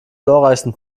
glorreichsten